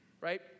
right